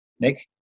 Nick